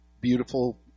beautiful